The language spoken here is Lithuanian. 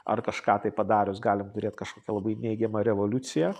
ar kažką tai padarius galim turėt kažkokią labai neigiamą revoliuciją